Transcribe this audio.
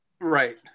Right